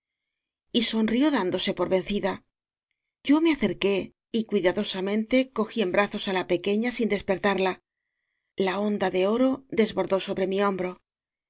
demasiado y sonrió dándose por vencida yo me acer qué y cuidadosamente cogí en brazos á la pequeña sin despertarla la onda de oro des bordó sobre mi hombro